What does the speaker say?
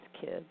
kids